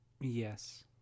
Yes